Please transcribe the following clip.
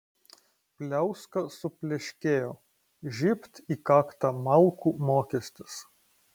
pliauska supleškėjo žybt į kaktą malkų mokestis